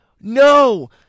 No